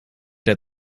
der